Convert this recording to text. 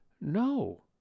no